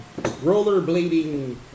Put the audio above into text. Rollerblading